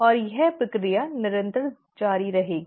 और यह प्रक्रिया निरंतर जारी रहेगी